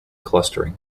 clustering